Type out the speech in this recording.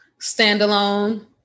standalone